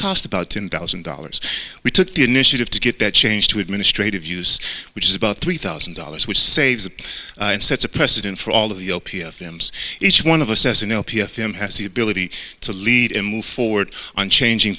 cost about ten thousand dollars we took the initiative to get that changed to administrative use which is about three thousand dollars which saves and sets a precedent for all of the o p s hymns each one of assessing l p s him has the ability to lead and move forward on changing